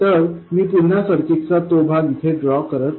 तर मी पुन्हा सर्किटचा तो भाग इथे ड्रॉ करत आहे